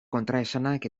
kontraesanak